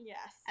Yes